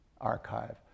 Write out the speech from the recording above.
archive